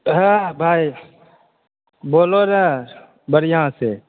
हँ भाइ बोलो ने बढ़िऑं से